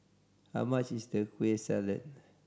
how much is Kueh Salat